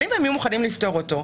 אבל אם הם יהיו מוכנים לפטור אותו,